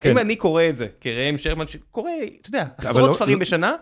אם אני קורא את זה, קראי עם שירמן, קוראי, אתה יודע, עשרות ספרים בשנה.